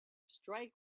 strike